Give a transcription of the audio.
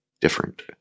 different